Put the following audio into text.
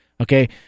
Okay